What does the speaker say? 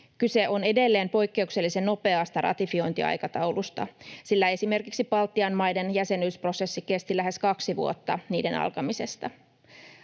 Kyse on edelleen poikkeuksellisen nopeasta ratifiointiaikataulusta, sillä esimerkiksi Baltian maiden jäsenyysprosessi kesti lähes kaksi vuotta niiden alkamisesta.